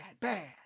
bad